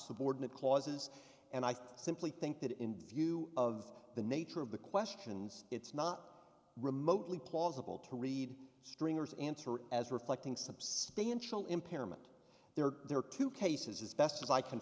subordinate clauses and i simply think that in view of the nature of the questions it's not remotely plausible to read stringer's answer as reflecting substantial impairment there are there are two cases as best as i can